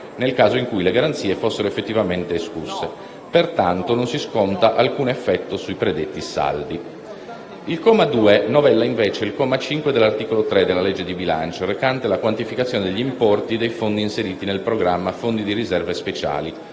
nel caso in cui le garanzie fossero effettivamente escusse: pertanto non si sconta alcun effetto sui predetti saldi. Il comma 2 novella invece il comma 5 dell'articolo 3 della legge di bilancio, recante la quantificazione degli importi dei Fondi inseriti nel programma Fondi di riserva e speciali,